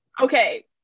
Okay